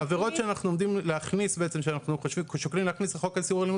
העבירות שאנחנו שוקלים להכניס לחוק איסור אלימות